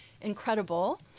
incredible